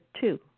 two